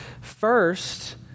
First